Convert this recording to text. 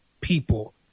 people